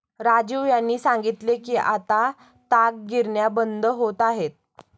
राजीव यांनी सांगितले की आता ताग गिरण्या बंद होत आहेत